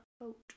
boat